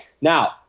Now